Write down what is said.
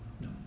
No